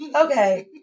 okay